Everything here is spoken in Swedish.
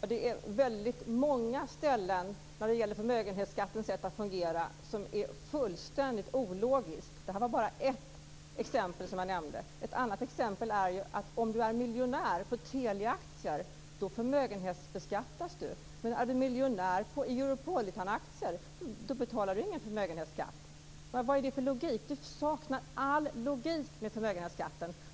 Fru talman! Det är väldigt mycket som är fullständigt ologiskt när det gäller förmögenhetsskattens sätt att fungera. Det jag nämnde var bara ett exempel. Ett annat exempel är att man förmögenhetsbeskattas om man är miljonär i Teliaaktier. Men om man är miljonär i Europolitanaktier betalar man ingen förmögenhetsskatt. Vad är det för logik? Förmögenhetsskatten saknar all logik.